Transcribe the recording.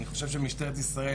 אני חושב שמשטרת ישראל,